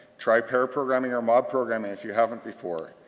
try pair programming or mob programming if you haven't before.